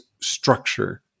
structure